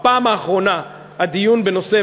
שבפעם האחרונה הדיון בנושא,